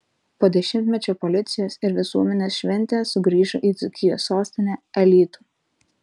po dešimtmečio policijos ir visuomenės šventė sugrįžo į dzūkijos sostinę alytų